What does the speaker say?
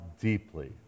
deeply